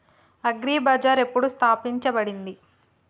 Agri Bazaar ఎప్పుడు స్థాపించబడింది?